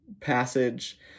passage